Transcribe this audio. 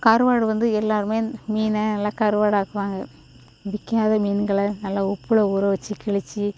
கருவாடு வந்து எல்லோருமே மீனை எல்லாம் கருவாடு ஆக்குவாங்க விற்காத மீன்களை நல்லா உப்பில் ஊற வச்சு கிழிச்சி